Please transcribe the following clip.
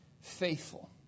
faithful